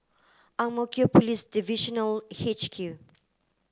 Ang Mo Kio Police Divisional H Q